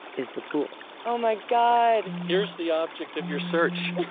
is the pool. oh my god! here's the object of your search.